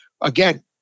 again